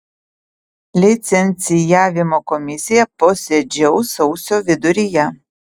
licencijavimo komisija posėdžiaus sausio viduryje